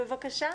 בבקשה.